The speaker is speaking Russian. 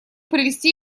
привести